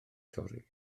torri